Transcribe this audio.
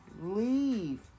Leave